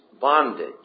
bondage